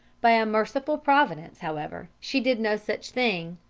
by a merciful providence, however, she did no such thing,